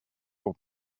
for